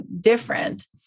different